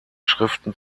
schriften